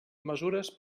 mesures